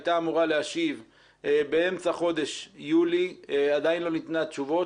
הייתה אמורה להשיב באמצע חודש יולי ועדיין לא ניתנו תשובות.